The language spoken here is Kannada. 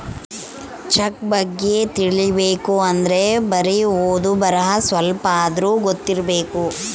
ಚೆಕ್ ಬಗ್ಗೆ ತಿಲಿಬೇಕ್ ಅಂದ್ರೆ ಬರಿ ಓದು ಬರಹ ಸ್ವಲ್ಪಾದ್ರೂ ಗೊತ್ತಿರಬೇಕು